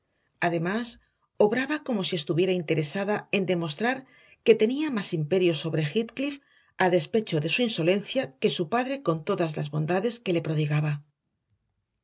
padre además obraba como si estuviera interesada en demostrar que tenía más imperio sobre heathcliff a despecho de su insolencia que su padre con todas las bondades que le prodigaba